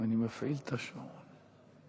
אני מפעיל את השעון.